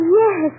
yes